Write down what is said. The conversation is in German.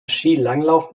skilanglauf